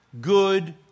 good